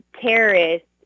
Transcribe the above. terrorists